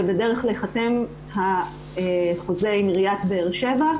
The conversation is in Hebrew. ובדרך להיחתם החוזה עם עיריית באר-שבע,